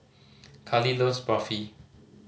Kali loves Barfi